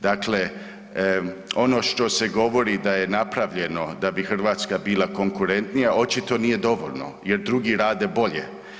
Dakle, ono što se govori da je napravljeno da bi Hrvatska bila konkurentnija očito nije dovoljno jer drugi rade bolje.